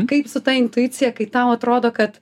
kaip su ta intuicija kai tau atrodo kad